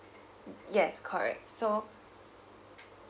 yes correct so